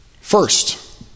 First